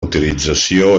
utilització